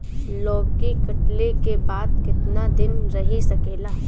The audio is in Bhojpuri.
लौकी कटले के बाद केतना दिन रही सकेला?